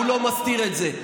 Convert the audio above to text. הוא לא מסתיר את זה,